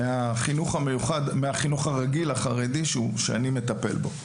מהחינוך החרדי הרגיל שאני מטפל בו.